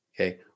okay